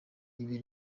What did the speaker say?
ibi